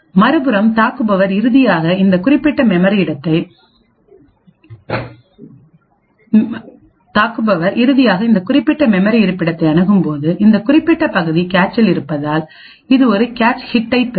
மறுபுறம் தாக்குபவர் இறுதியாக இந்த குறிப்பிட்டமெமரி இருப்பிடத்தை அணுகும்போது இந்த குறிப்பிட்ட பகுதி கேச்சில் இருப்பதால் இது ஒரு கேச் ஹிட்டைப் பெறும்